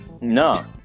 no